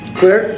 Clear